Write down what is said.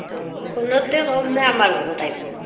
অঁ ফোনতে ক'ম নে আমাৰ ঘৰত আইব